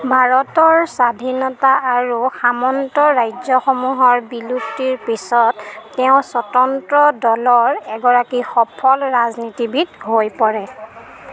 ভাৰতৰ স্বাধীনতা আৰু সামন্ত ৰাজ্যসমূহৰ বিলুপ্তিৰ পিছত তেওঁ স্বতন্ত্ৰ দলৰ এগৰাকী সফল ৰাজনীতিবিদ হৈ পৰে